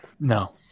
No